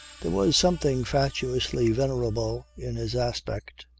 there was something fatuously venerable in his aspect.